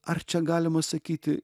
ar čia galima sakyti